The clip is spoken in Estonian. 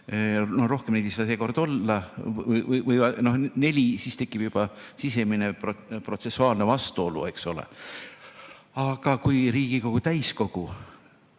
rohkem neid ei saa seekord olla, siis tekiks juba sisemine protsessuaalne vastuolu, eks ole. Aga kui Riigikogu täiskogu